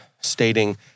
stating